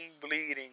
bleeding